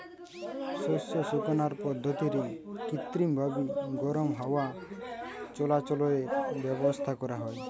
শস্য শুকানার পদ্ধতিরে কৃত্রিমভাবি গরম হাওয়া চলাচলের ব্যাবস্থা করা হয়